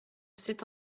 c’est